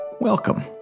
Welcome